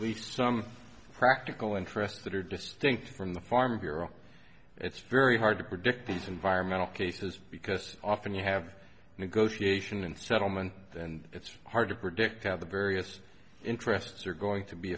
least some practical interests that are distinct from the farm bureau it's very hard to predict these environmental cases because often you have negotiation and settlement and it's hard to predict how the various interests are going to be